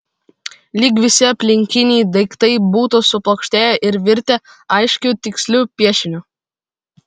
lyg visi aplinkiniai daiktai būtų suplokštėję ir virtę aiškiu tiksliu piešiniu